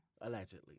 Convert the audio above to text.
Allegedly